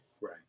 Right